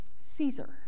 Caesar